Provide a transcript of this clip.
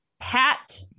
Pat